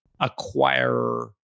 acquirer